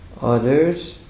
Others